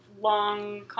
long